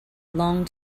long